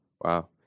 wow